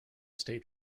state